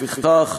לפיכך,